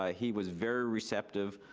ah he was very receptive